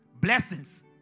Blessings